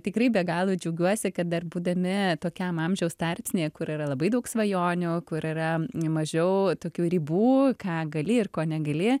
tikrai be galo džiaugiuosi kad dar būdami tokiam amžiaus tarpsnyje kur yra labai daug svajonių kur yra mažiau tokių ribų ką gali ir ko negali